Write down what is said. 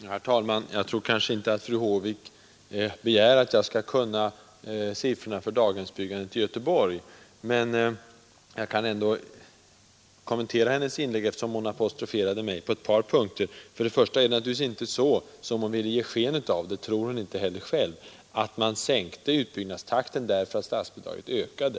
Herr talman! Jag tror nog inte att fru Håvik begär att jag skall kunna siffrorna för daghemsbyggandet i Göteborg, men jag vill ändå kommentera hennes inlägg, eftersom hon apostroferade mig på ett par punkter. Till att börja med är det naturligtvis inte så som hon ville ge sken av — det tror hon inte heller själv — att man sänkte utbyggnadstakten därför att statsbidragen ökade.